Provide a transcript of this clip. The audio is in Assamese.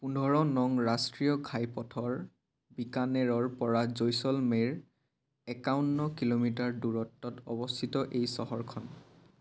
পোন্ধৰ নং ৰাষ্ট্ৰীয় ঘাইপথৰ বিকানেৰৰপৰা জৈচলমেৰ একাৱন্ন কিলোমিটাৰ দূৰত্বত অৱস্থিত এই চহৰখন